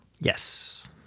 Yes